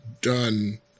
done